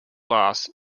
lost